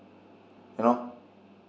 you know